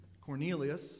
Cornelius